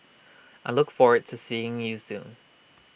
I look forward to seeing you soon